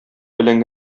белән